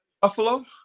buffalo